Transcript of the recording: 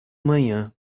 manhã